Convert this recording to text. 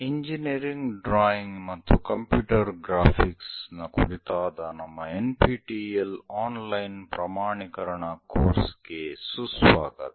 engineering drawing ಮತ್ತು computer ಗ್ರಾಫಿಕ್ಸ್ನ ಕುರಿತಾದ ನಮ್ಮ NPTEL Online ಪ್ರಮಾಣೀಕರಣ ಕೋರ್ಸ್ಗೆ ಸುಸ್ವಾಗತ